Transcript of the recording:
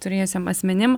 turėjusiem asmenim